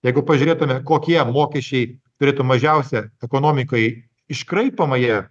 jeigu pažiūrėtume kokie mokesčiai turėtų mažiausia ekonomikai iškraipomają